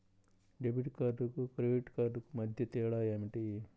Debit కార్డుకు credit కార్డుకు మధ్య తేడా ఏమిటీ?